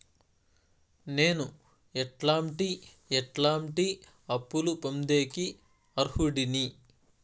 నేను ఎట్లాంటి ఎట్లాంటి అప్పులు పొందేకి అర్హుడిని?